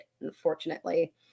unfortunately